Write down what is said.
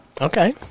Okay